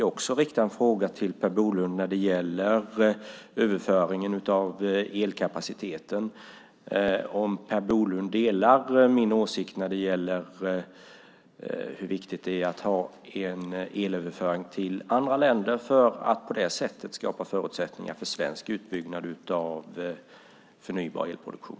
Jag vill rikta en fråga till Per Bolund när det gäller överföringen av elkapaciteten. Delar Per Bolund min åsikt att det är viktigt att ha en elöverföring till andra länder för att på det sättet skapa förutsättningar för svensk utbyggnad av förnybar elproduktion?